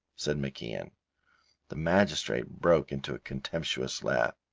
said macian. the magistrate broke into a contemptuous laugh.